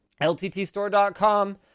LTTStore.com